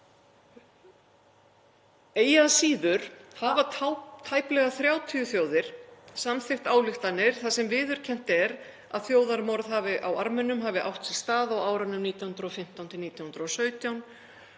Eigi að síður hafa tæplega 30 þjóðir samþykkt ályktanir þar sem viðurkennt er að þjóðarmorð á Armenum hafi átt sér stað á árunum 1915–1917